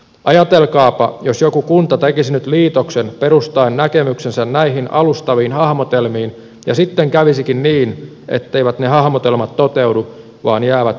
ajatelkaapa jos joku kunta tekisi nyt liitoksen perustaen näkemyksensä näihin alustaviin hahmotelmiin ja sitten kävisikin niin etteivät ne hahmotelmat toteudu vaan jäävät hahmotelmiksi